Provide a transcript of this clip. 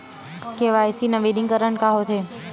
KYC नवीनीकरण का होथे?